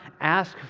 ask